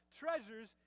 treasures